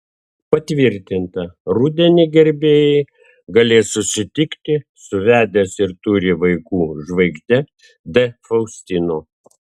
patvirtinta rudenį gerbėjai galės susitikti su vedęs ir turi vaikų žvaigžde d faustino